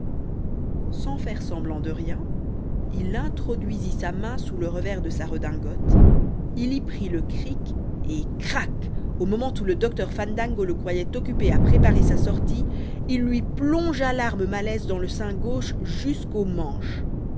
sans faire semblant de rien il introduisit sa main sous le revers de sa redingote il y prit le crick et crac au moment où le docteur fandango le croyait occupé à préparer sa sortie il lui plongea l'arme malaise dans le sein gauche jusqu'au manche